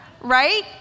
Right